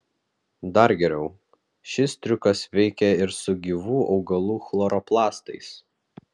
dar geriau šis triukas veikia ir su gyvų augalų chloroplastais